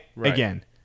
Again